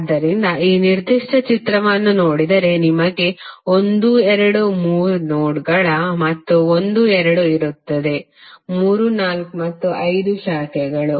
ಆದ್ದರಿಂದ ಈ ನಿರ್ದಿಷ್ಟ ಚಿತ್ರವನ್ನು ನೋಡಿದರೆ ನಿಮಗೆ 1 2 3 ನೋಡ್ಗಳ ಮತ್ತು 12 ಇರುತ್ತದೆ 34 ಮತ್ತು 5 ಶಾಖೆಗಳು